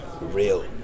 real